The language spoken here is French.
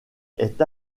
est